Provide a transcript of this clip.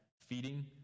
feeding